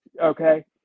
okay